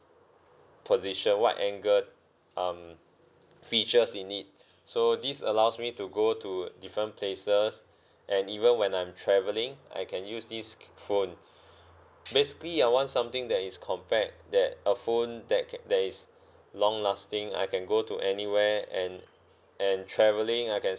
position wide angle um features in it so this allows me to go to different places and even when I'm travelling I can use this phone basically I want something that is compact that a phone that can that is long lasting I can go to anywhere and and travelling I can